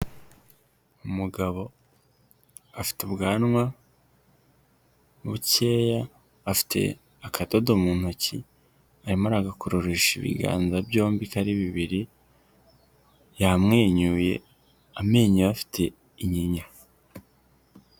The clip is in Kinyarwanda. Umugabo afite ubwanwa bukeya afite akadodo mu ntoki hanyuma agakosha ibiganza byombi uko ari bibiri yamwenyuye amenyo ye afite inyinya.